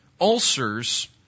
ulcers